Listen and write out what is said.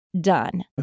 done